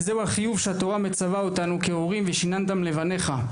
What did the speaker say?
וזהו החיוב שהתורה מצווה אותנו כהורים: "ושננתם לבניך",